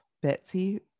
betsy